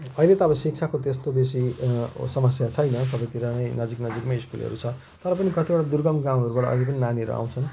अहिले त अब शिक्षाको त्यस्तो बेसी समस्या छैन सबैतिर नै नजिक नजिकमै स्कुलहरू छ तर पनि कतिवटा दुर्गम गाउँहरूबाट अहिले पनि नानीहरू आउँछन्